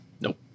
Nope